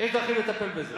יש דרכים לטפל בזה.